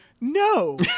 no